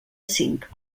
cinc